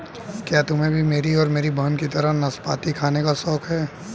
क्या तुम्हे भी मेरी और मेरी बहन की तरह नाशपाती खाने का शौक है?